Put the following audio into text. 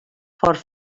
fort